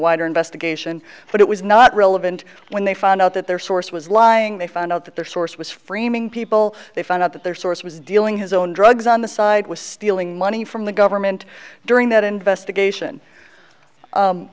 wider investigation but it was not relevant when they found out that their source was lying they found out that their source was framing people they found out that their source was dealing his own drugs on the side was stealing money from the government during that investigation